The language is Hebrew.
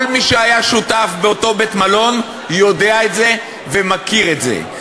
כל מי שהיה שותף באותו בית-מלון יודע את זה ומכיר את זה.